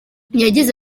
yagize